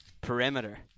perimeter